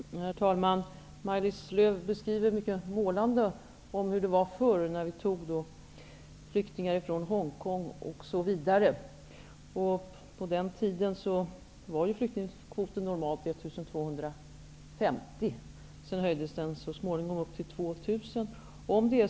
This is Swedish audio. Herr talman! Maj-Lis Lööw beskriver mycket målande hur det var förr när vi tog emot flyktingar från Hongkong osv. På den tiden var flyktingkvoten normalt 1 250 personer. Så småningom höjdes den till 2 000 personer.